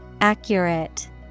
Accurate